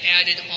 added